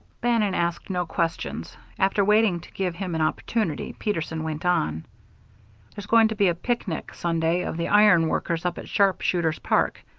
bannon asked no questions. after waiting to give him an opportunity, peterson went on there's going to be a picnic sunday of the iron workers up at sharpshooters' park.